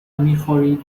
میخورید